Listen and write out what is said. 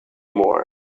more